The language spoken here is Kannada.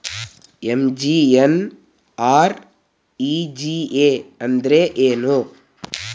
ಎಂ.ಜಿ.ಎನ್.ಆರ್.ಇ.ಜಿ.ಎ ಅಂದ್ರೆ ಏನು?